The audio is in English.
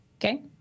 Okay